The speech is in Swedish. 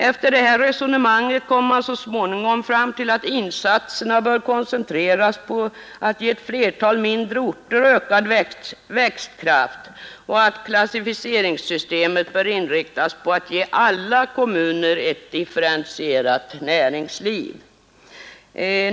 Efter detta resonemang kommer man så småningom fram till att insatserna bör koncentreras på att ge ett flertal mindre orter ökad växtkraft och att klassificeringssystemet bör inriktas på att ge alla kommuner ett differentierat näringsliv.